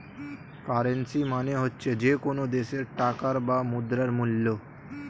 currency মানে হচ্ছে যে কোনো দেশের টাকার বা মুদ্রার মূল্য